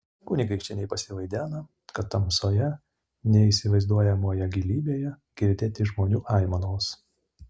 kunigaikštienei pasivaidena kad tamsoje neįsivaizduojamoje gilybėje girdėti žmonių aimanos